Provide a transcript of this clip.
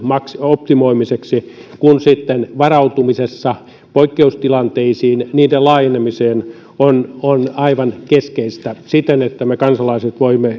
optimoimiseksi kuin sitten varautumisessa poikkeustilanteisiin niiden laajenemiseen on on aivan keskeistä siinä että me kansalaiset